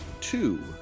two